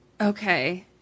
Okay